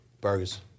Burgers